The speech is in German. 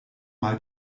mal